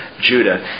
Judah